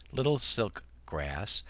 little silk grass,